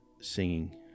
singing